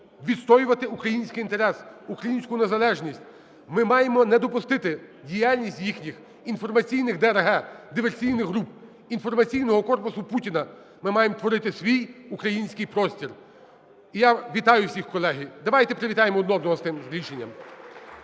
відстоювати український інтерес, українську незалежність. Ми маємо не допустити діяльність їхніх інформаційних ДРГ (диверсійних груп) інформаційного корпусу Путіна. Ми маємо творити свій український простір. І я вітаю всіх, колеги. Давайте привітаємо один одного з тим рішенням.